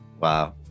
Wow